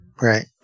Right